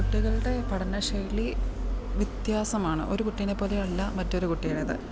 കുട്ടികളുടെ പഠന ശൈലി വ്യത്യാസമാണ് ഒരു കുട്ടീനെ പോലെയല്ല മറ്റൊരു കുട്ടിയുടേത്